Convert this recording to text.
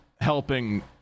helping